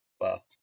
Wow